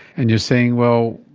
and you're saying, well,